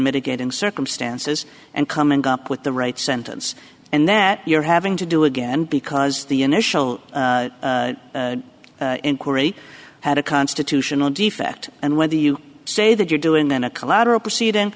mitigating circumstances and coming up with the right sentence and that you're having to do again because the initial inquiry had a constitutional defect and whether you say that you're doing then a collateral proceeding